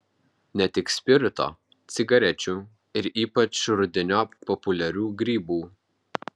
ne tik spirito cigarečių ir ypač rudeniop populiarių grybų